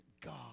God